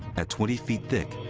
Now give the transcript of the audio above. at twenty feet thick,